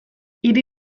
hiri